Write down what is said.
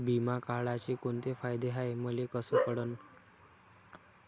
बिमा काढाचे कोंते फायदे हाय मले कस कळन?